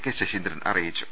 K Saseendran അറിയിച്ചു